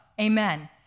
amen